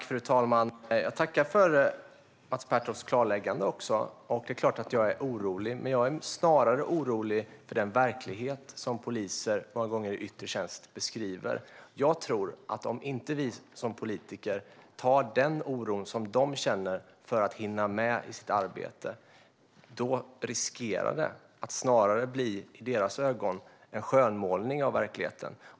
Fru talman! Jag tackar för Mats Pertofts klarläggande. Det är klart att jag är orolig, men jag är snarare orolig för den verklighet som poliser - många gånger i yttre tjänst - beskriver. Jag tror att om vi som politiker inte tar på allvar den oro som de känner för att hinna med sitt arbete riskerar vi att i deras ögon göra en skönmålning av verkligheten.